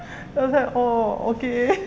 then I was like oo okay